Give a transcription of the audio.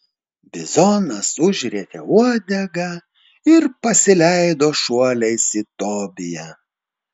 bizonas užrietė uodegą ir pasileido šuoliais į tobiją